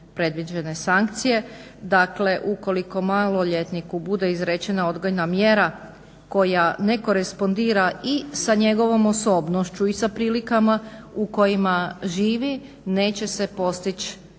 predviđene sankcije. Dakle, ukoliko maloljetniku bude izrečena odgojna mjera koja ne korespondira i sa njegovom osobnošću i sa prilikama u kojima živi neće se postići